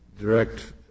direct